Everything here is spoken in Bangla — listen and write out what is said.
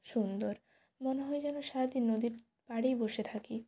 সুন্দর মনে হয় যেন সারাদিন নদীর পাড়েই বসে থাকি